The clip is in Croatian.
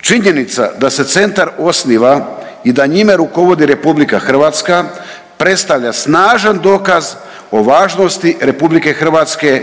Činjenica da se centar osniva i da njime rukovodi Republika Hrvatska predstavlja snažan dokaz o važnosti Republike Hrvatske